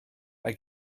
mae